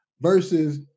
versus